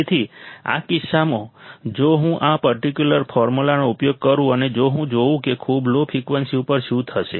તેથી આ કિસ્સામાં જો હું આ પર્ટિક્યુલર ફોર્મ્યુલાનો ઉપયોગ કરું અને જો હું જોઉં કે ખૂબ લો ફ્રિકવન્સી ઉપર શું થશે